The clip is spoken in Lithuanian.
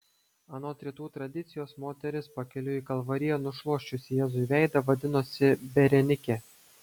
anot rytų tradicijos moteris pakeliui į kalvariją nušluosčiusi jėzui veidą vadinosi berenikė